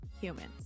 humans